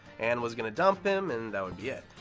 ann was gonna dump him and that would be it.